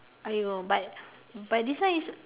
!aiyo! but but this one is